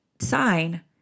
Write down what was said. sign